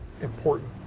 important